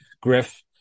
Griff